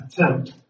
Attempt